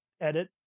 edit